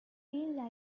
این